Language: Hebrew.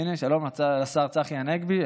הינה, שלום לשר צחי הנגבי.